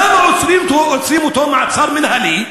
למה עוצרים אותו מעצר מינהלי?